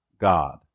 God